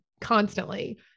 constantly